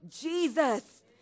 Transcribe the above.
Jesus